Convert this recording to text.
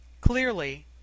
clearly